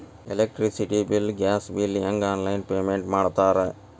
electricity bill gas bill ಹೆಂಗ online payment ಮಾಡ್ತಾರಾ